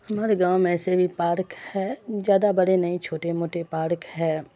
ہمارے گاؤں میں ایسے بھی پارک ہے زیادہ بڑے نہیں چھوٹے موٹے پاڑک ہے